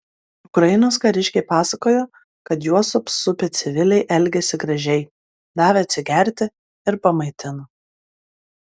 ukrainos kariškiai pasakojo kad juos apsupę civiliai elgėsi gražiai davė atsigerti ir pamaitino